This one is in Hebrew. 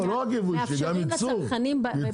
ומאפשרים לצרכנים --- לא רק ייבוא אישי,